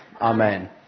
Amen